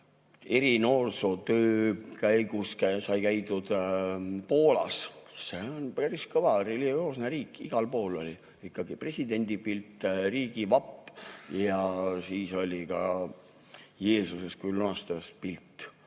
Noorsootöö käigus sai käidud Poolas, mis on päris kõva religioosne riik, igal pool oli ikkagi presidendi pilt, riigivapp ja siis oli ka Jeesuse kui Lunastaja pilt.